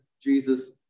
Jesus